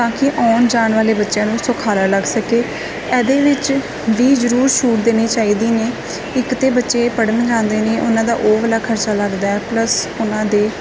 ਤਾਂ ਕਿ ਆਉਣ ਜਾਣ ਵਾਲੇ ਬੱਚਿਆਂ ਨੂੰ ਸੁਖਾਲਾ ਲੱਗ ਸਕੇ ਇਹਦੇ ਵਿੱਚ ਵੀ ਜ਼ਰੂਰ ਛੂਟ ਦੇਣੀ ਚਾਹੀਦੀ ਨੇ ਇੱਕ ਤਾਂ ਬੱਚੇ ਪੜ੍ਹਨ ਜਾਂਦੇ ਨੇ ਉਹਨਾਂ ਦਾ ਉਹ ਵਾਲਾ ਖਰਚਾ ਲੱਗਦਾ ਪਲਸ ਉਹਨਾਂ ਦੇ